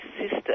sister